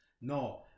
No